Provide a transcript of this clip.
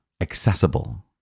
accessible